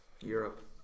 Europe